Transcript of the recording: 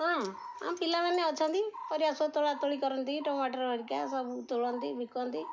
ହଁ ଆମ ପିଲାମାନେ ଅଛନ୍ତି ପରିବା ସବୁ ତୋଳା ତୋଳି କରନ୍ତି ଟମାଟର୍ ହେରିକା ସବୁ ତୋଳନ୍ତି ବିକନ୍ତି